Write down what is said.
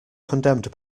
condemned